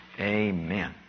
amen